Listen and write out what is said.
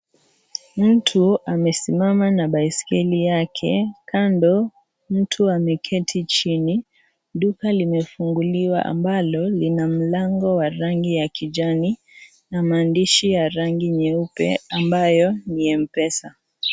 Mtu amesimama na baiskeli yake, kando mtu ameketi chini, duka limefunguliwa ambalo lina mlango wa rangi ya kijani na maandishi ya rangi nyeupe ambayo ni Mpesa.